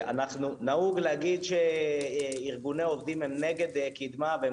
נהוג להגיד שארגוני העובדים הם נגד קדמה והם